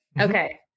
Okay